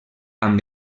amb